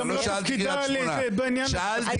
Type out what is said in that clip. זה גם לא תפקידה בעניין הזה.